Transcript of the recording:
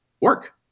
work